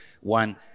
one